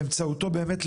באמצעותו באמת,